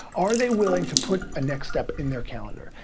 are they willing to put a next step in their calendar?